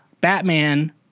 batman